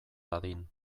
dadin